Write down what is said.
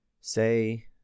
say